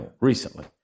recently